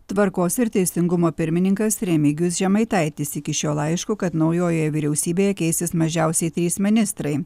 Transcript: tvarkos ir teisingumo pirmininkas remigijus žemaitaitis iki šio laiško kad naujojoje vyriausybėje keisis mažiausiai trys ministrai